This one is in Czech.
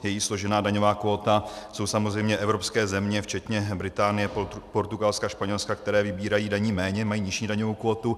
Její složená daňová kvóta jsou samozřejmě evropské země včetně Británie, Portugalska, Španělska, které vybírají daní méně, mají nižší daňovou kvótu.